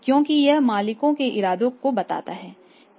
क्योंकि यह मालिकों के इरादों को बताता है